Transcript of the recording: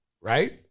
right